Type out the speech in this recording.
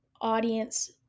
audience